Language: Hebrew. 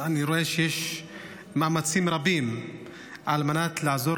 אני רואה שיש מאמצים רבים על מנת לעזור